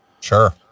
sure